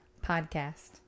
podcast